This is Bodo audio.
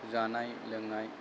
जानाय लोंनाय